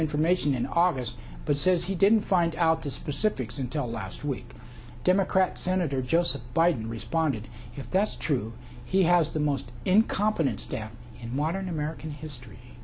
information in august but says he didn't find out the specifics until last week democrat senator joseph biden responded if that's true he has the most incompetent staff in modern american history